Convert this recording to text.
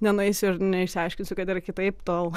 nenueisiu ir neišsiaiškinsiu kad yra kitaip tol